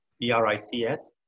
B-R-I-C-S